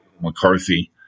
McCarthy